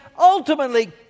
ultimately